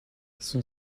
son